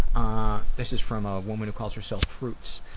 ah this is from a woman who calls herself fruits.